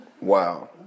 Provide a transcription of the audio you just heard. Wow